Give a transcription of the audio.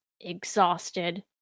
exhausted